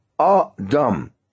adam